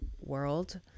world